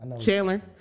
Chandler